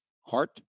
heart